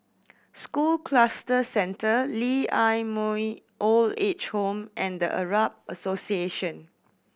School Cluster Centre Lee Ah Mooi Old Age Home and The Arab Association